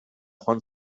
joan